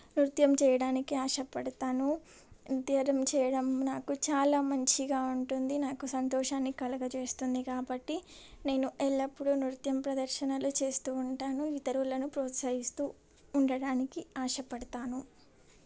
నృత్యం చేయటానికి ఆశపడతాను చేయడం నాకు చాలా మంచిగా ఉంటుంది నాకు సంతోషాన్ని కలుగచేస్తుంది కాబట్టి నేను ఎల్లప్పుడూ నృత్యం ప్రదర్శనలు చేస్తూ ఉంటాను ఇతరులను ప్రోత్సహిస్తూ ఉండటానికి ఆశపడతాను